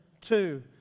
two